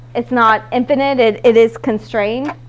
it's not infinite it it is constrained.